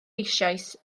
eisoes